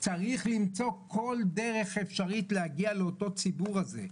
צריך למצוא כל דרך אפשרית להגיע לאותו ציבור הזה.